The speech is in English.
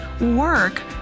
work